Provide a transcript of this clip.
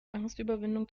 angstüberwindung